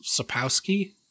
Sapowski